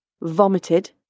vomited